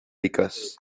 écosse